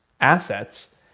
assets